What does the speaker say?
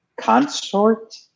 consort